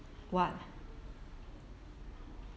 what